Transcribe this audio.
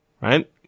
right